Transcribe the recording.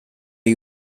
are